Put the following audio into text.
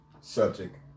subject